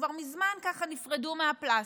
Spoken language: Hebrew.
כבר מזמן ככה נפרדו מהפלסטיק.